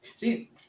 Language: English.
See